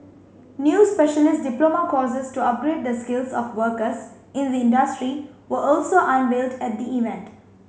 new specialist diploma courses to upgrade the skills of workers in the industry were also unveiled at the event